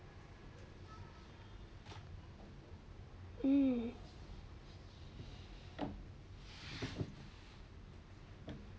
hmm